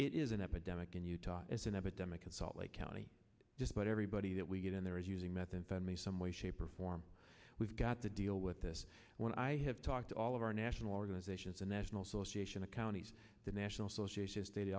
it is an epidemic in utah as an epidemic in salt lake county just about everybody that we get in there is using meth in some way shape or form we've got to deal with this when i have talked to all of our national organizations a national association of counties the national association of state